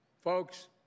Folks